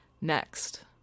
next